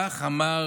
כך אמר